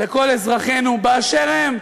לכל אזרחינו באשר הם,